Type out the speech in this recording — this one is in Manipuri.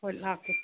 ꯍꯣꯏ ꯂꯥꯛꯀꯦ